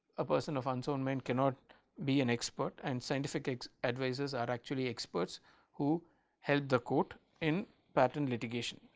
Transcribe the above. a person of unsound mind cannot be an expert and scientific advisor are actually experts who helped the court in patent litigation.